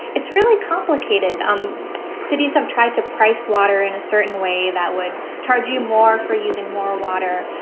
it's really complicated um cities have tried to price water in a certain way that would charge you more for using more water.